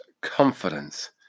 confidence